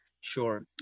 Sure